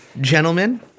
gentlemen